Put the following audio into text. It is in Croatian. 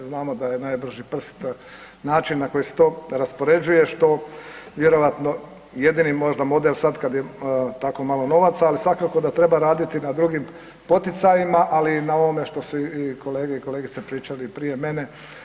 Znamo da je najbrži prst način na koji se to raspoređuje što vjerojatno jedini možda model sad kad je tako malo novaca, ali svakako da treba raditi na drugim poticajima ali i na ovome što su i kolege i kolegice pričali prije mene.